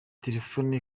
telefone